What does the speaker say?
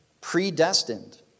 predestined